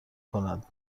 کند